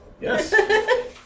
Yes